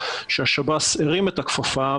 שהשב"ס הרים את הכפפה,